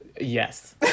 Yes